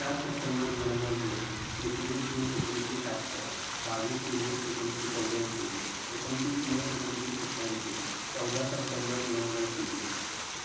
चार सप्टेंबर दोन हजार दोन एकवीस जून एकोणीसशे शहात्तर बावीस जुलै एकोणीसशे चौऱ्याऐंशी एकोणतीस मे एकोणीसशे सत्त्याऐंशी चौदा सप्टेंबर दोन हजार तीन